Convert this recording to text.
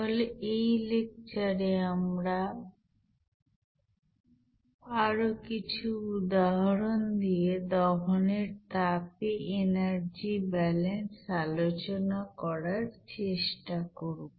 তাহলে এই লেকচারে বক্তৃতা আমরা করবো কিছু উদাহরণ দিয়ে দহনের তাপে এনার্জি ব্যালেন্স আলোচনা করার চেষ্টা করব